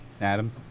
Adam